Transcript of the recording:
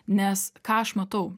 nes ką aš matau